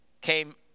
came